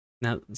Now